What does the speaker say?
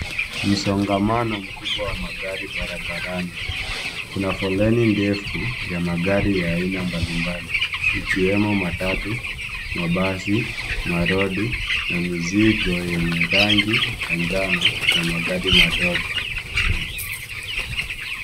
Msongamano mkubwa wa magari barabarani. Kuna foleni ndefu ya magari ya aina mbalimbali ikiwemo matatu, mabasi, malori na mizigo yenye rangi ya njano na magari madogo.